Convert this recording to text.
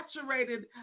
saturated